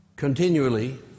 continually